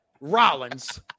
Rollins